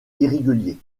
irrégulier